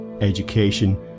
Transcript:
education